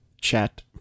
Chat